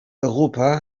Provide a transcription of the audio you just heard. europa